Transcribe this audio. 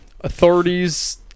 authorities